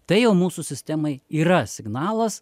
tai jau mūsų sistemai yra signalas